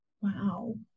Wow